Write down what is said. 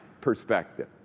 perspective